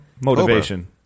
motivation